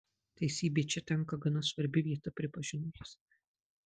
teisybė čia tenka gana svarbi vieta pripažino jis